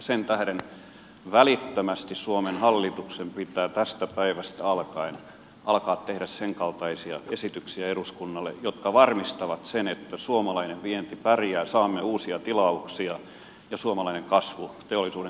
sen tähden välittömästi suomen hallituksen pitää tästä päivästä alkaen alkaa tehdä senkaltaisia esityksiä eduskunnalle jotka varmistavat sen että suomalainen vienti pärjää saamme uusia tilauksia ja suomalainen kasvu teollisuuden kasvu alkaa parantaa otettaan